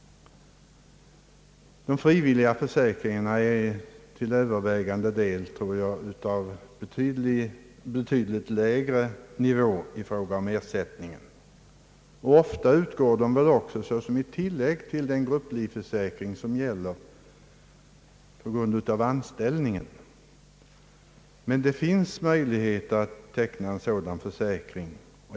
De frivilliga försäkringarna är till övervägande del av betydligt lägre storlek i fråga om ersättningen, och ofta utgår de också såsom tillägg till den grupplivförsäkring som gäller på grund av anställning. Det finns emellertid möjligheter att teckna en sådan försäkring.